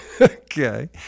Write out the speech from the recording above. Okay